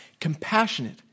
compassionate